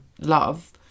love